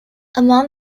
among